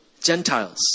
Gentiles